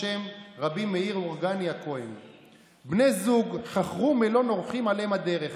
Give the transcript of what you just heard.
בשם רבי מאיר ורגאני הכהן: בני זוג חכרו מלון אורחים על אם הדרך,